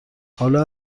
حالا